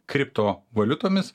kripto valiutomis